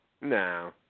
No